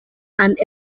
and